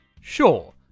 Sure